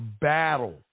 battle